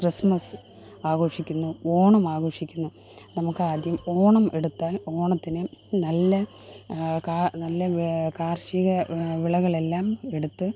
Christmas ആഘോഷിക്കുന്നു ഓണം ആഘോഷിക്കുന്നു നമ്മക്കാദ്യം ഓണം എടുത്താല് ഓണത്തിന് നല്ല നല്ല കാര്ഷീക വിളകളെല്ലാം എടുത്ത്